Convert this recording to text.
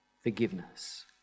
forgiveness